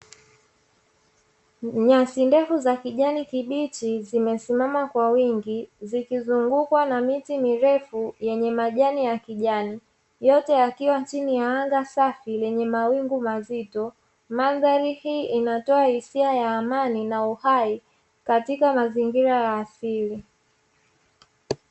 Nyasi ndefu za kijani kibichi zimesimama kwa wingi, zikizungukwa na miti mirefu yenye majani ya kijani. Yote yakiwa chini ya angani safi lenye mawingu mazito. Mandhari hii inatoa hisia ya amani na uhai katika mazingira ya asili.